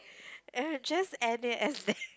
eh just end it as there